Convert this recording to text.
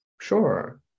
Sure